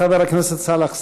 חבר הכנסת סאלח סעד.